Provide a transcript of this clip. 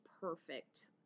perfect